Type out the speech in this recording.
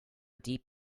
deep